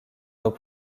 nos